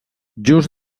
just